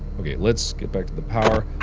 ok, let's get back to the power